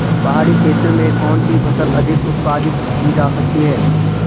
पहाड़ी क्षेत्र में कौन सी फसल अधिक उत्पादित की जा सकती है?